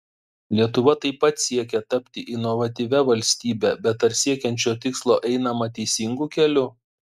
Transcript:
lietuva taip pat siekia tapti inovatyvia valstybe bet ar siekiant šio tikslo einama teisingu keliu